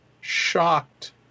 shocked